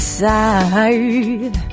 side